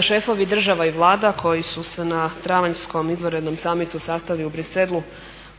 šefovi država i vlada koji su se na travanjskom izvanrednom samitu sastali u Bruxellesu